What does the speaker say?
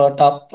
top